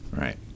Right